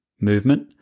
movement